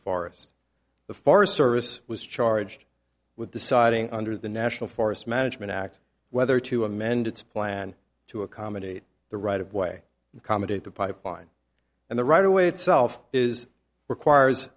forest the forest service was charged with deciding under the national forest management act whether to amend its plan to accommodate the right of way comedy the pipeline and the right away itself is requires